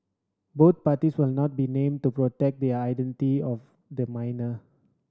both parties will not be named to protect the identity of the minor